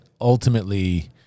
ultimately